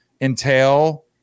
entail